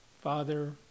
Father